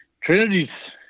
Trinity's